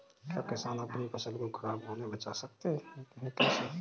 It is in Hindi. क्या किसान अपनी फसल को खराब होने बचा सकते हैं कैसे?